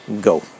go